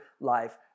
life